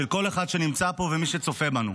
של כל אחד שנמצא פה ומי שצופה בנו.